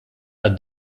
għal